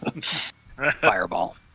Fireball